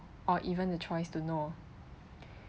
or even the choice to know